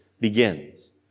begins